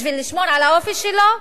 בשביל לשמור על האופי שלו?